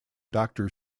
doctor